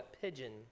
pigeon